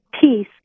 peace